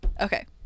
Okay